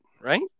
right